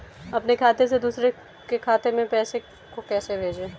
अपने खाते से दूसरे के खाते में पैसे को कैसे भेजे?